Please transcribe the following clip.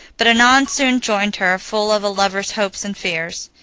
but annon soon joined her, full of a lover's hopes and fears.